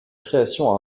création